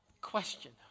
question